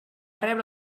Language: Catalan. rebre